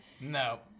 No